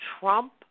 Trump